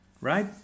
right